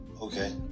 Okay